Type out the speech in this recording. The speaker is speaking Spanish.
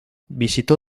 visitó